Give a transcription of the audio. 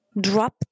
drop